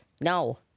No